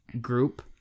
group